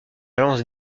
lance